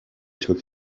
took